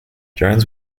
jones